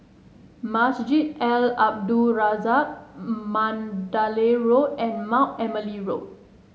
Masjid Al Abdul Razak Mandalay Road and Mount Emily Road